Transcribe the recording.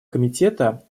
комитета